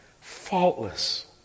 faultless